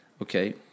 Okay